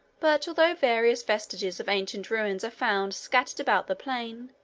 but, although various vestiges of ancient ruins are found scattered about the plain,